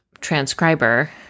transcriber